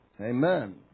Amen